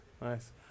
nice